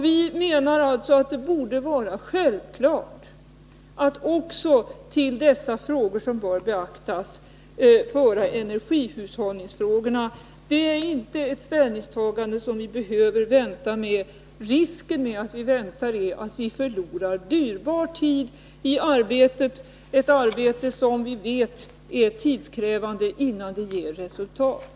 Vi menar att det borde vara självklart att till de frågor som bör beaktas också föra energihushållningsfrågorna. Det är inte ett ställningstagande vi behöver vänta med. Risken med att vänta är att vi förlorar dyrbar tid i arbetet, ett arbete som vi vet är tidskrävande innan det ger resultat.